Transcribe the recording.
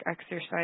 exercise